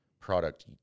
product